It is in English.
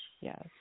Yes